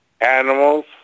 animals